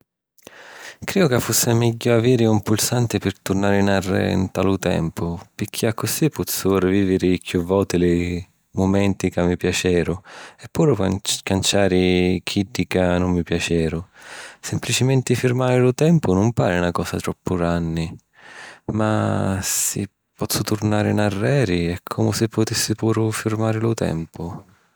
Crìju ca fussi megghiu aviri un pulsanti pi turnari nnarreri nta lu tempu, picchì accussì pozzu rivìviri chiù voti li mumenti ca mi piaceru e puru canciari chiddi ca nun mi piaceru. Semplicimenti firmari lu tempu non pari na cosa troppu granni, ma si pozzu turnari nnarreri è comu si putissi puru firmari lu tempu.